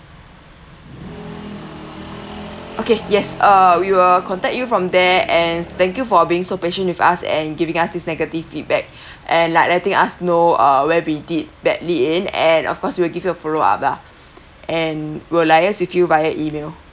okay yes uh we will contact you from there and thank you for being so patient with us and giving us this negative feedback and like letting us know uh where we did badly in and of course we will give you a follow up lah and we'll liaise with you via email